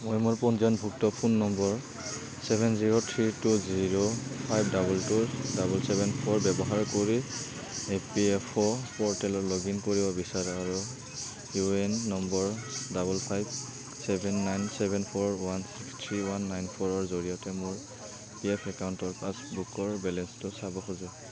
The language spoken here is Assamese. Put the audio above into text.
মই মোৰ পঞ্জীয়নভুক্ত phone number seven zero three two zero five double two double seven four ব্যৱহাৰ কৰি ই পি এফ অ' প'ৰ্টেলত লগ ইন কৰিব বিচাৰোঁ আৰু U A N number double five seven nine seven four one six three one nine ফ'ৰৰ জৰিয়তে মোৰ পি এফ একাউণ্টৰ পাছবুকৰ বেলেঞ্চটো চাব খোজো